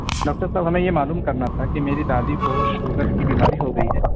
doctor صاحب ہمیں یہ معلوم کرنا تھا کہ میری دادی کو شوگر کی بیماری ہو گئی ہے